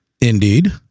Indeed